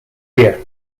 year